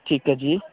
ਠੀਕ ਹੈ ਜੀ